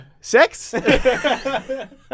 Sex